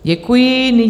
Děkuji.